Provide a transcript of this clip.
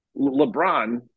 LeBron